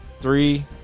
Three